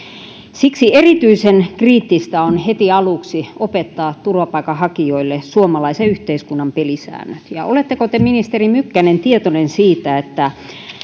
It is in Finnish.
siksi erityisen kriittistä on heti aluksi opettaa turvapaikanhakijoille suomalaisen yhteiskunnan pelisäännöt ja oletteko te ministeri mykkänen tietoinen siitä että